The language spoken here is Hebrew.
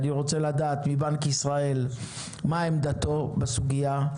אני רוצה לדעת מבנק ישראל מה עמדתו בסוגיה?